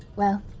well,